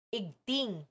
igting